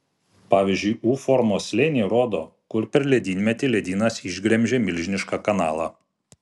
pavyzdžiui u formos slėniai rodo kur per ledynmetį ledynas išgremžė milžinišką kanalą